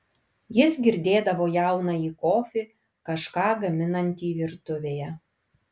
jis girdėdavo jaunąjį kofį kažką gaminantį virtuvėje